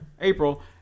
April